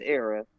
era